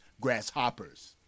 grasshoppers